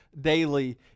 daily